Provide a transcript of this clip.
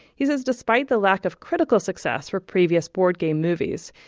he said, despite the lack of critical success for previous board game movies,